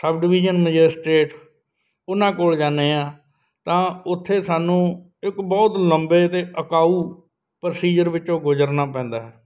ਸਬ division magistrate ਉਹਨਾਂ ਕੋਲ ਜਾਂਦੇ ਹਾਂ ਤਾਂ ਉੱਥੇ ਸਾਨੂੰ ਇੱਕ ਬਹੁਤ ਲੰਬੇ ਅਤੇ ਅਕਾਊ ਪ੍ਰੋਸੀਜਰ ਵਿੱਚੋਂ ਗੁਜ਼ਰਨਾ ਪੈਂਦਾ ਹੈ